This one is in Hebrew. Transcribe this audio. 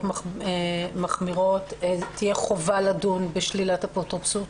מחמירות תהיה חובה לדון בשלילת אפוטרופסות?